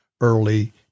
early